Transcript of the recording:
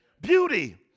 Beauty